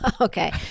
Okay